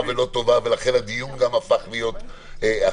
ולא טובה ולכן הדיון הפך להיות אחר.